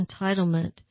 entitlement